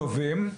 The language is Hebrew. צוהריים טובים,